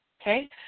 Okay